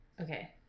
Okay